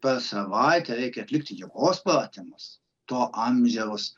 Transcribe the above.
per savaitę reikia atlikti jogos pratimus to amžiaus